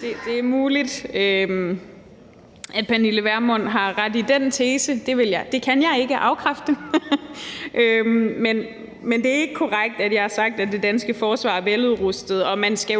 Det er muligt, at Pernille Vermund har ret i den tese; det kan jeg ikke afkræfte. Men det er ikke korrekt, at jeg har sagt, at det danske forsvar er veludrustet. Man skal